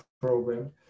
program